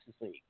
League